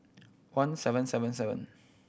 one seven seven seven